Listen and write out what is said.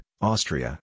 Austria